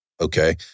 Okay